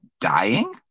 dying